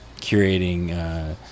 Curating